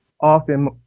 often